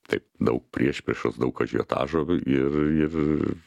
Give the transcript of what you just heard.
taip daug priešpriešos daug ažiotažo ir ir